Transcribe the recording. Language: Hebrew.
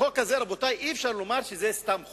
החוק הזה, רבותי, אי-אפשר לומר שזה סתם חוק.